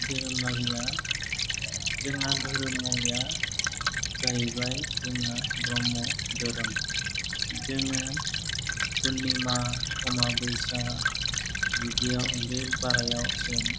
धोरोमारिया जोंना धोरोमारिया जाहैबाय जोंना ब्रह्म धोरोम जोङो पुरनिमा अमाबैसा बेदियाव बे बारायाव जों